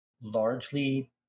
largely